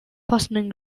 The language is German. passenden